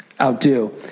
outdo